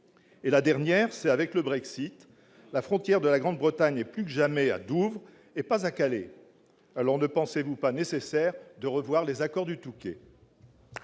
Enfin, dernière question, avec le Brexit, la frontière de la Grande-Bretagne étant plus que jamais à Douvres et pas à Calais, ne pensez-vous pas nécessaire de revoir les accords du Touquet ?